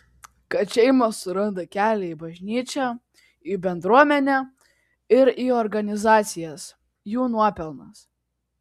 kad šeimos suranda kelią į bažnyčią į bendruomenę ir į organizacijas jų nuopelnas